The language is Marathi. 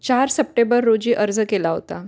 चार सप्टेबर रोजी अर्ज केला होता